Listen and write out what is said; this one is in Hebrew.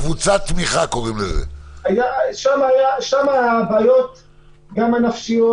שם הבעיות הנפשיות